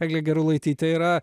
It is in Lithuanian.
eglė gerulaitytė yra